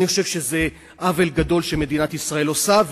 אני חושב שזה עוול גדול שמדינת ישראל עושה,